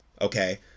okay